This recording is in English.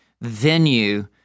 venue